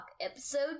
episode